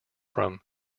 from